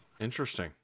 interesting